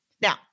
Now